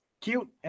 cute